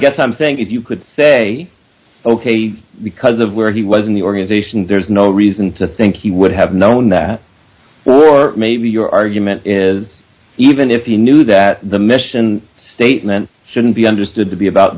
something if you could say ok because of where he was in the organization there's no reason to think he would have known that or maybe your argument is even if he knew that the mission statement shouldn't be understood to be about